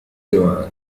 جوعان